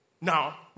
Now